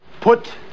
Put